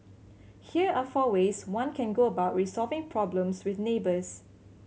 here are four ways one can go about resolving problems with neighbours